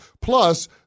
plus